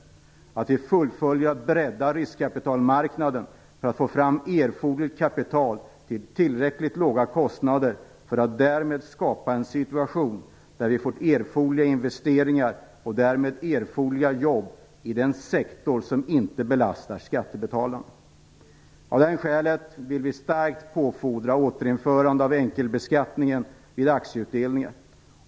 Vi måste fullfölja arbetet att bredda riskkapitalmarknaden för att få fram erforderligt kapital till tillräckligt låga kostnader för att skapa en situation där vi får erforderliga investeringar och därmed erforderliga jobb i den sektor som inte belastar skattebetalarna. Av det skälet vill vi starkt påfordra återinförande av enkelbeskattningen vid aktieutdelningar.